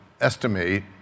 estimate